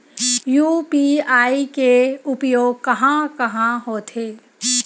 UPI के उपयोग कहां कहा होथे?